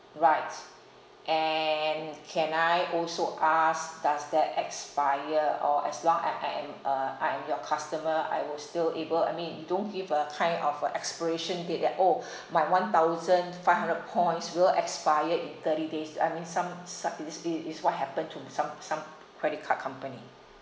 right and can I also ask does that expire or as long uh I am a I am your customer I would still able I mean you don't give a kind of a expiration date that oh my one thousand five hundred points will expire in thirty days I mean some suck it is it i~ is what happen to some some credit card company